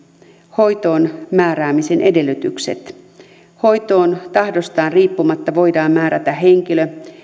hoitoon määräämisen edellytykset hoitoon tahdostaan riippumatta voidaan määrätä henkilö